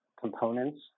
components